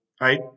right